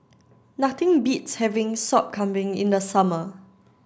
nothing beats having Sop Kambing in the summer